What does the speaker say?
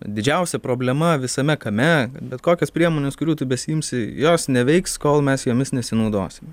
didžiausia problema visame kame bet kokios priemonės kurių tu besiimsi jos neveiks kol mes jomis nesinaudosim